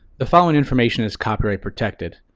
the following information is copyright protected.